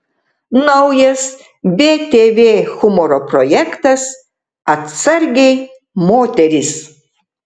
naujas btv humoro projektas atsargiai moterys